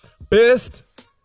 Best